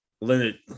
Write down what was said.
Leonard